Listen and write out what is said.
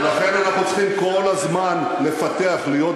ולכן אנחנו צריכים כל הזמן לפתח, להיות